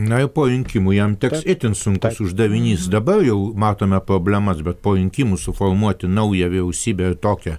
na ir po rinkimų jam teks itin sunkus uždavinys dabar jau matome problemas bet po rinkimų suformuoti naują vyriausybę ir tokią